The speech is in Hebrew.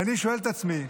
ואני שואל את עצמי,